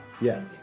Yes